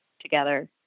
together